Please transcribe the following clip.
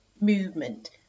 movement